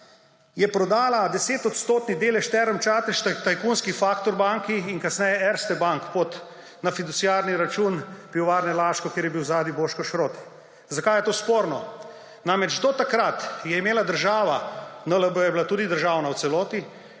je prodala 10-odstotni delež Term Čatež tajkunski Factor banki in kasneje Erste Bank na fiduciarni račun Pivovarne Laško, kjer je bil zadaj Boško Šrot. Zakaj je to sporno? Namreč do takrat je imela država – NLB je bila tudi državna v celoti